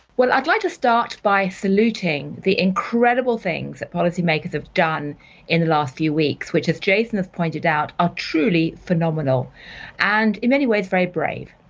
well, i'd like to start by saluting the incredible things that policymakers have done in the last few weeks which, as jason has pointed out, are truly phenomenal and in many ways very brave,